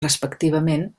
respectivament